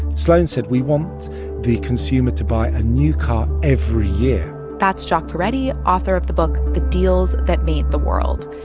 sloan said, we want the consumer to buy a new car every year that's jacques peretti, author of the book the deals that made the world.